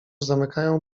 zamykają